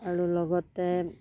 আৰু লগতে